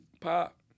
pop